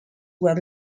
were